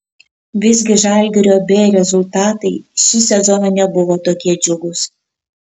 visgi žalgirio b rezultatai šį sezoną nebuvo tokie džiugūs